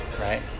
Right